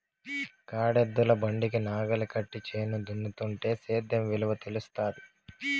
కాడెద్దుల బండికి నాగలి కట్టి చేను దున్నుతుంటే సేద్యం విలువ తెలుస్తాది